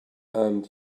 and